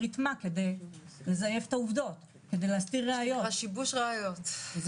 רתמה כדי להסתיר ראיות ולזייף את העבודות.